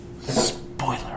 Spoiler